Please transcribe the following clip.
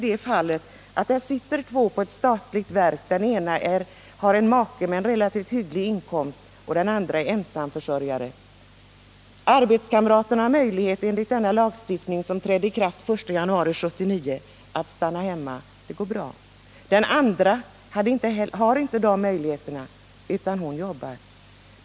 Låt oss anta att det sitter två kvinnor på ett statligt verk. Den ena har en make med relativt hygglig inkomst, den andra är ensamförsörjande. Den ena arbetskamraten har möjlighet — enligt den lagstiftning som trädde i kraft den 1 januari 1979 — att stanna hemma. Det går bra. Den andra har inte de möjligheterna, utan hon jobbar.